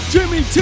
Jimmy